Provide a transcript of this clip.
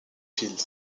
field